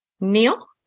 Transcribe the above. Neil